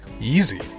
easy